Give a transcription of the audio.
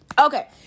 Okay